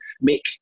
make